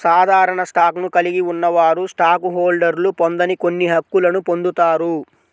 సాధారణ స్టాక్ను కలిగి ఉన్నవారు స్టాక్ హోల్డర్లు పొందని కొన్ని హక్కులను పొందుతారు